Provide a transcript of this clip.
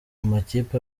amakipe